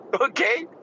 Okay